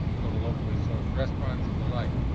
go to locally sourced restaurants and the like.